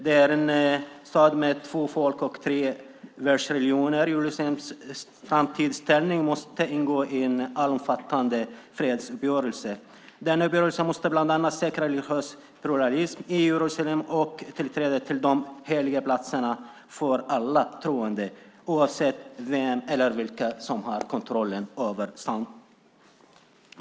Det är en stad med två folk och tre världsreligioner. Jerusalems framtida ställning måste ingå i en allomfattande fredsuppgörelse. Denna uppgörelse måste bland annat säkra religiös pluralism i Jerusalem och tillträde till de heliga platserna för alla troende, oavsett vem eller vilka som har kontrollen över staden.